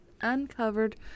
uncovered